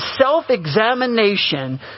self-examination